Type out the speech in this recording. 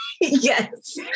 Yes